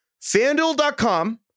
FanDuel.com